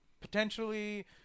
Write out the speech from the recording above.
potentially